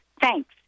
Thanks